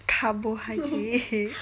carbohydrate